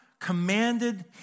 commanded